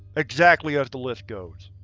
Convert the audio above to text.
exactly as the list goes.